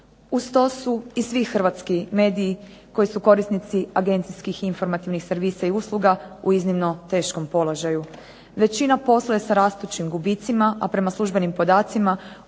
Uz to su i svi hrvatski mediji koji su korisnici agencijskih informativnih servisa i usluga u iznimno teškom položaju. Većina posluje s rastućim gubicima, a prema službenim podacima